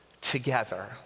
together